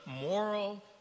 moral